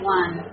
one